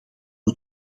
het